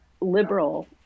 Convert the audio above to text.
liberal